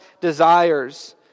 desires